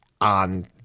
on